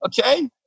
okay